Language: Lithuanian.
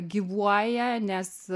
gyvuoja nes